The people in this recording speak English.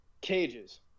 Cages